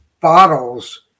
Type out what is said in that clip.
bottles